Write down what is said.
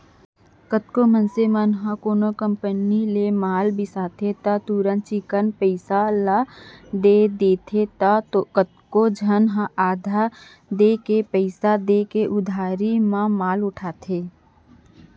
कतको मनसे मन ह कोनो कंपनी ले माल बिसाथे त तुरते चिक्कन पइसा ल दे देथे त कतको झन ह आधा देके पइसा देके उधारी म माल उठाथे